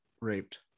raped